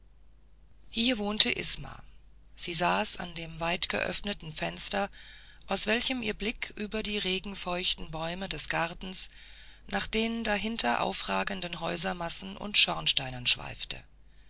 hier wohnte isma sie saß an dem weitgeöffneten fenster aus welchem ihr blick über die regenfeuchten bäume des gartens nach den dahinter anfragenden häusermassen und schornsteinen schweifte